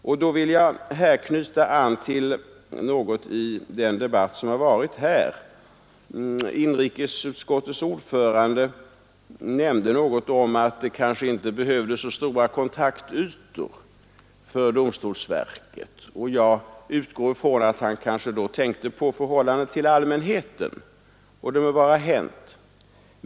Jag vill så knyta an till den här debatten. Inrikesutskottets ordförande nämnde något om att det kanske inte bevhövdes så stora kontaktytor för domstolsverket, och jag utgår från att han då kanske tänkte på förhållandet till allmänheten. Det må vara hänt.